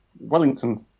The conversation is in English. Wellington